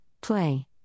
Play